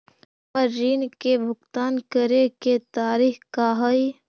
हमर ऋण के भुगतान करे के तारीख का हई?